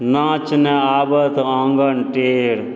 नाँच नहि आबऽ तऽ अङ्गन टेढ़